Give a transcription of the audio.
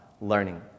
learning